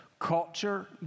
Culture